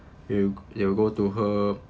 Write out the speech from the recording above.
they'll they will go to her